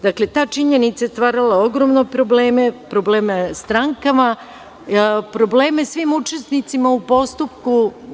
Dakle, ta činjenica je stvarala ogromne probleme, probleme strankama, probleme svim učesnicima u postupku.